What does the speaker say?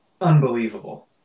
unbelievable